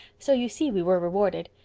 so you see we were rewarded.